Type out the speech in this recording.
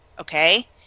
Okay